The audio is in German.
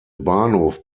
bahnhof